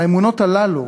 האמונות הללו,